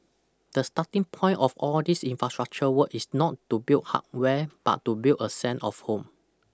the starting point of all these infrastructure work is not to build hardware but to build a sense of home